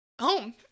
Home